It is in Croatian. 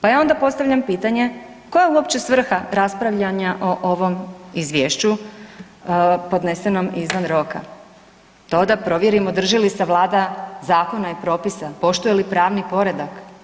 Pa ja onda postavljam pitanje koja je uopće svrha raspravljanja o ovom Izvješću podnesenom izvan roka, to da provjerimo drži li se Vlada zakona i propisa, poštuje li pravni poredak?